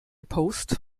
post